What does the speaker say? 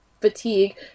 fatigue